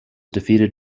defeated